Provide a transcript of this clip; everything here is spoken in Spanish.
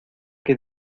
que